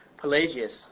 Pelagius